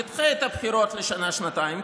נדחה את הבחירות בשנה-שנתיים,